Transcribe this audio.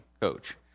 coach